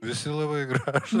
visi labai gražū